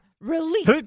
release